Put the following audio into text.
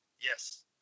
Yes